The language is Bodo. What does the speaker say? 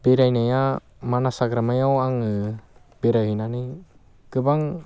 बेरायनाया मानास हाग्रामायाव आङो बेरायहैनानै गोबां